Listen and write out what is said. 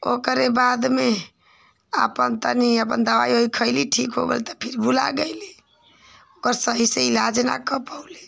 ओकरे बाद में आपन तनी अपन दवाई ओवाई खइली ठीक हो गइल तो फिर भुला गइली ओकर सही से इलाज ना कर पउली